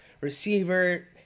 receiver